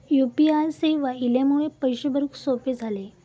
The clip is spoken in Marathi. यु पी आय सेवा इल्यामुळे पैशे भरुक सोपे झाले